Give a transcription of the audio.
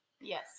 Yes